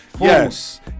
Yes